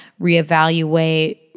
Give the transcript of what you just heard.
reevaluate